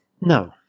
No